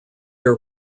are